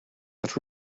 but